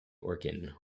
organ